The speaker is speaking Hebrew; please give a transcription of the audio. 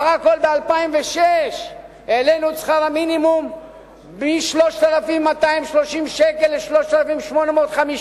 בסך הכול ב-2006 העלינו את שכר המינימום מ-3,230 שקל ל-3,850.